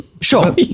Sure